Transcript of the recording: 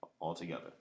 altogether